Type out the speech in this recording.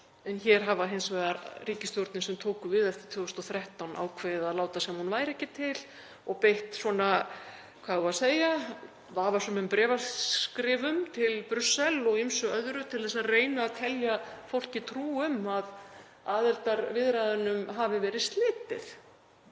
En hér hafa hins vegar ríkisstjórnir sem tóku við eftir 2013 ákveðið að láta sem hún væri ekki til og beitt svona, hvað eigum við að segja, vafasömum bréfaskrifum til Brussel og ýmsu öðru til að reyna að telja fólki trú um að aðildarviðræðunum hafi verið slitið.